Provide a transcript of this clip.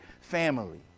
family